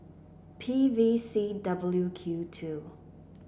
P V C W Q two